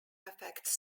affects